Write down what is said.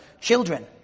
Children